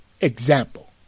example